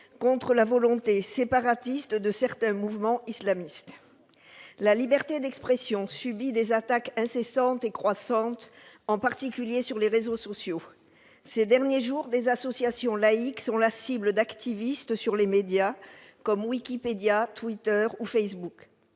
contre la volonté séparatiste de certains mouvements islamistes. La liberté d'expression subit des attaques incessantes et croissantes, en particulier sur les réseaux sociaux. Ces derniers jours, des associations laïques sont la cible d'activistes sur des médias comme Wikipédia, Twitter ou Facebook.